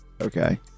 Okay